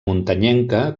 muntanyenca